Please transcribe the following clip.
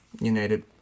United